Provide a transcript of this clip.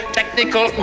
technical